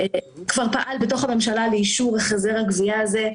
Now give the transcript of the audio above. כבר פעל בתוך הממשלה לאישור החזר הגבייה הזה,